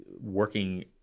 working